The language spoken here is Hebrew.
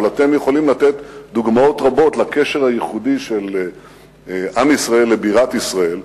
אבל אתם יכולים לתת דוגמאות רבות לקשר הייחודי של עם ישראל לבירת ישראל,